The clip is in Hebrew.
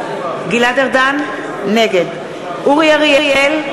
נגד אורי אריאל,